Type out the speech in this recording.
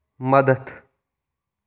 مدد